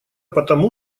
потому